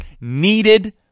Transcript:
needed